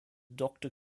doctor